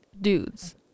dudes